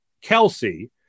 Kelsey –